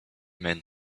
men